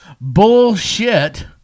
Bullshit